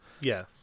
Yes